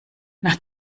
nach